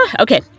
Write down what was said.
Okay